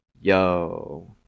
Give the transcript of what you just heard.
yo